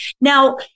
Now